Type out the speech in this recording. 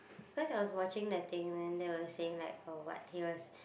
cause I was watching that thing and they were saying like oh what he was